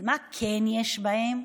אבל מה כן יש בהם?